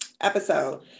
episode